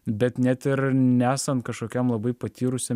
bet net ir nesant kažkokiam labai patyrusiam